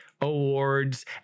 awards